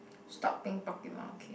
stop playing Pokemon okay